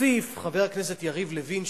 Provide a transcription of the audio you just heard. הוסיף חבר הכנסת יריב לוין,